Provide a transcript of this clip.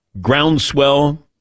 groundswell